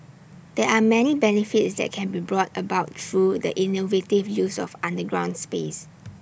there are many benefits that can be brought about through the innovative use of underground space